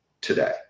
today